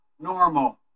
normal